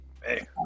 Hey